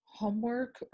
homework